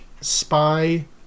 Spy